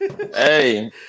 Hey